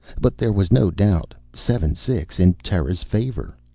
but there was no doubt. seven six. in terra's favor.